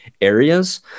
areas